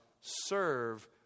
serve